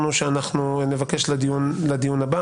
אנחנו משלמים את הצ'ק, זה מתקציב המשטרה.